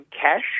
cash